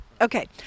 Okay